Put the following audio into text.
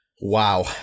Wow